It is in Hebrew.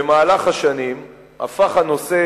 במהלך השנים הפך הנושא,